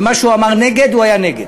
ומה שהוא אמר נגד הוא היה נגד.